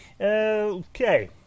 okay